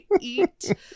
eat